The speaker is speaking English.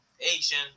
asian